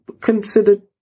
considered